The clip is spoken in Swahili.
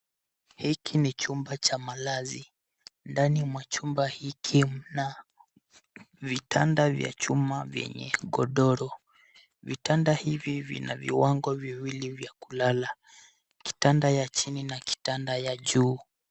Hiki ni chumba cha malazi ndani mwa chumba hiki mna vitanda vya chuma vyenye godoro. Vitanda hivi vina viwango viwili vya kulala kitanda ya chini na kitanda ya juu.